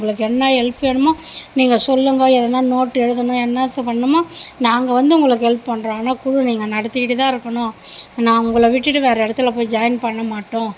உங்களுக்கு என்ன ஹெல்ப் வேணுமோ நீங்கள் சொல்லுங்கள் எதுன்னா நோட் எழுதணும் என்ன பண்ணணுமோ நாங்கள் வந்து உங்களுக்கு ஹெல்ப் பண்ணுறோம் ஆனால் குழு நீங்கள் நடத்திட்டுதான் இருக்கணும் நாங்கள் உங்களை விட்டுட்டு வேறு இடத்துல போய் ஜாயின் பண்ண மாட்டோம்